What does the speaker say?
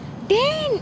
then